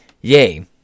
Yay